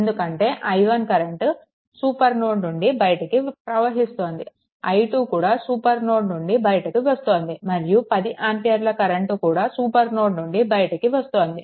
ఎందుకంటే i1 current super node నుండి బయటికి ప్రవహిస్తోంది i2 కూడా సూపర్ నోడ్ నుండి బయటికి వస్తోంది మరియు 10 ఆంపియర్ల కరెంట్ కూడా సూపర్ నోడ్ నుండి బయటికి వస్తోంది